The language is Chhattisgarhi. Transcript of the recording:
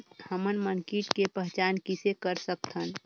हमन मन कीट के पहचान किसे कर सकथन?